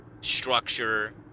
structure